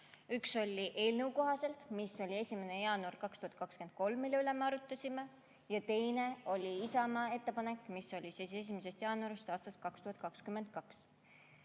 Üks oli eelnõu kohaselt, mis oli 1. jaanuarist 2023, mille üle me arutasime, ja teine oli Isamaa ettepanek, mis oli 1. jaanuarist aastast 2022.